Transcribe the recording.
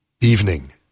evening